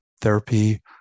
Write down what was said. therapy